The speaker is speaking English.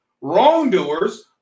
wrongdoers